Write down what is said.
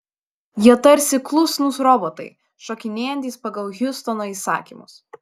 jie tarsi klusnūs robotai šokinėjantys pagal hiustono įsakymus